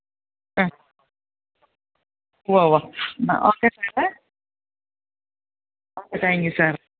ആ ഉവ്വ് ഉവ്വ് എന്നാ ഓക്കെ സാറെ ഓക്കെ താങ്ക് യു സാര്